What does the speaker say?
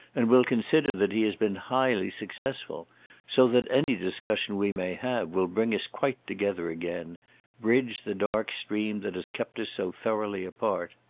and will consider that he has been highly successful so that any discussion we may have will bring us quite together again bridge the dark stream that has kept us so thoroughly apart.